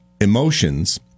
emotions